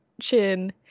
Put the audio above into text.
chin